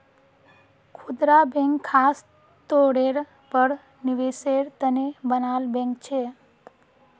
खुदरा बैंक ख़ास तौरेर पर निवेसेर तने बनाल बैंक छे